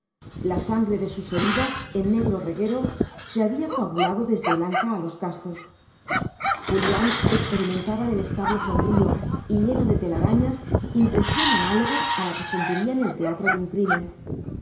la sangre de sus heridas en negro reguero se había coagulado desde el anca a los cascos julián experimentaba en el establo sombrío y lleno de telarañas impresión análoga a la que sentiría en el teatro de un crimen